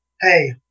hey